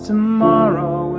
Tomorrow